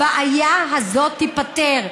הבעיה הזאת תיפתר.